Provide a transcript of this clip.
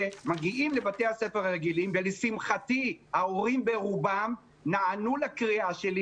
מגיעים לבתי הספר הרגילים ולשמחתי ההורים ברובם נענו לקריאה שלי